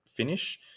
Finish